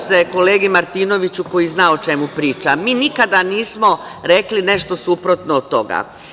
Mi, obraćam se kolegi Martinoviću koji zna o čemu pričam, mi nikada nismo rekli nešto suprotno od toga.